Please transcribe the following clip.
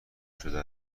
شده